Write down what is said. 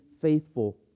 faithful